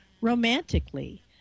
romantically